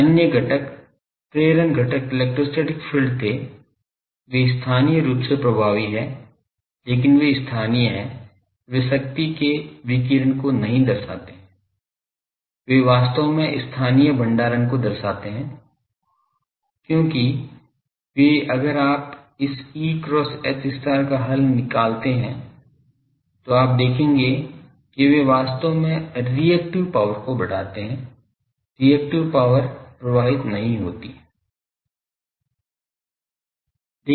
अन्य घटक प्रेरण क्षेत्र इलेक्ट्रोस्टैटिक फील्ड थे वे स्थानीय रूप से प्रभावी हैं लेकिन वे स्थानीय हैं वे शक्ति के विकिरण को नहीं दर्शाते हैं वे वास्तव में स्थानीय भंडारण को दर्शाते हैं क्योंकि वे अगर आप इस E cross H का हल निकलते है तो आप देखेंगे कि वे वास्तव में रिएक्टिव पॉवर को बढ़ाते हैं रिएक्टिव पॉवर प्रवाहित नहीं होती है